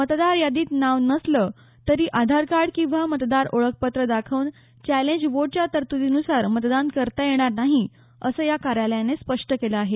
मतदार यादीत नाव नसलं तरी आधारकार्ड किंवा मतदार ओळखपत्र दाखवून चॅलेंज वोटच्या तरतुदीनुसार मतदान करता येणार नाही असं या कार्यालयानं स्पष्ट केलं आहे